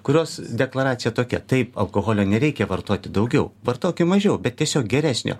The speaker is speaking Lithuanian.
kurios deklaracija tokia taip alkoholio nereikia vartoti daugiau vartokim mažiau bet tiesiog geresnio